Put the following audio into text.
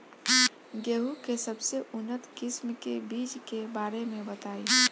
गेहूँ के सबसे उन्नत किस्म के बिज के बारे में बताई?